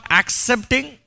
accepting